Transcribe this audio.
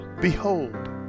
Behold